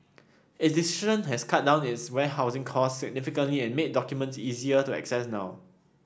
its decision has cut down its warehousing costs significantly and made documents easier to access now